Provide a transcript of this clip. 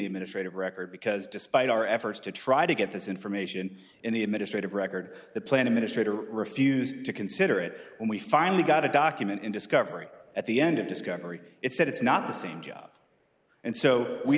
administrative record because despite our efforts to try to get this information in the administrative record the plan administrator refused to consider it and we finally got a document in discovery at the end of discovery it said it's not the same job and so we